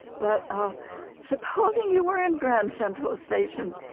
but ah supposing you were in grand central station,